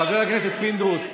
חבר הכנסת פינדרוס,